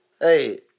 Hey